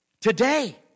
today